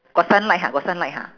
got sunlight ha got sunlight ha